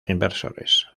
inversores